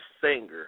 singer